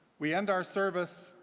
we end our service,